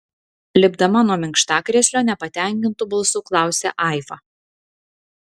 lipdama nuo minkštakrėslio nepatenkintu balsu klausia aiva